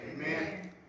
Amen